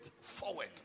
forward